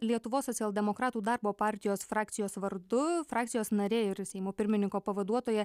lietuvos socialdemokratų darbo partijos frakcijos vardu frakcijos narė ir seimo pirmininko pavaduotoja